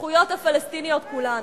הזכויות הפלסטיניות כולן.